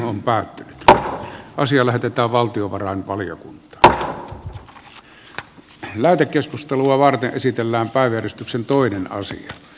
lampaat tämä asia lähetetään valtiovarainvaliokuntaan pelätä keskustelua varten esitellään päivystyksen vasemmalle laidalle